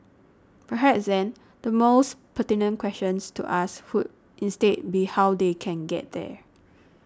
perhaps then the mores pertinent question to ask who instead be how they can get there